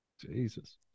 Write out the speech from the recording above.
Jesus